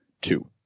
two